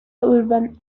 urban